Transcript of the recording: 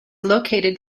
located